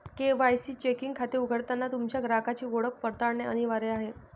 KYC checking खाते उघडताना तुमच्या ग्राहकाची ओळख पडताळणे अनिवार्य आहे